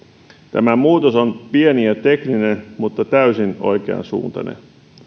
tämä muutos on pieni ja tekninen mutta täysin oikeansuuntainen